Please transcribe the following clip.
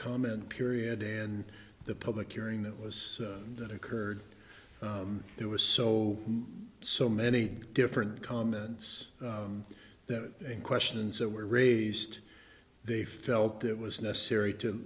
comment period and the public hearing that was that occurred there was so so many different comments that questions that were raised they felt it was necessary to